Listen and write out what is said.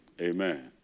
Amen